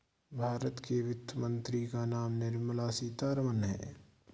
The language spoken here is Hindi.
भारत के वित्त मंत्री का नाम निर्मला सीतारमन है